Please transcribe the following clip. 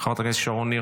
חברת הכנסת שרון ניר,